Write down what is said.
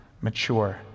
mature